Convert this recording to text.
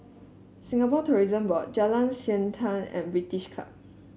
Singapore Tourism Board Jalan Siantan and British Club